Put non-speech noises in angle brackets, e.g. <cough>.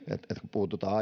puututaan <unintelligible>